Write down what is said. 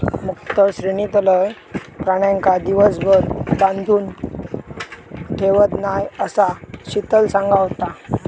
मुक्त श्रेणीतलय प्राण्यांका दिवसभर बांधून ठेवत नाय, असा शीतल सांगा होता